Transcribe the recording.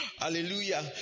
Hallelujah